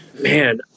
Man